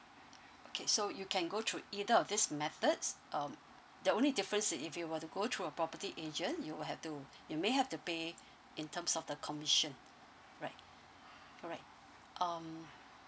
okay so you can go through either of this methods um the only difference if you were to go through a property agent you will have to you may have to pay in terms of the commission right alright um